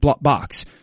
box